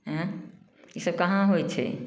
एँ इसब कहाँ होइ छै